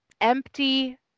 empty